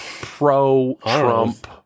pro-Trump